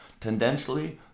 tendentially